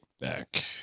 back